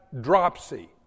dropsy